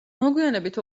მოგვიანებით